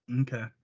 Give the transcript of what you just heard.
Okay